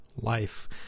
life